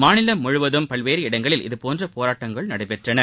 மாநிலம் முழுவதும் பல்வேறு இடங்களில் இதுபோன்ற போராட்டங்கள் நடைபெற்றன